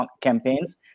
campaigns